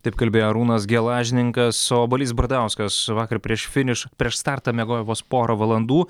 taip kalbėjo arūnas gelažninkas o balys bardauskas vakar prieš finiš prieš startą miegojo vos porą valandų